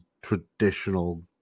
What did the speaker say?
Traditional